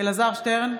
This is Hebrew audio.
אלעזר שטרן,